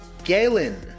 Galen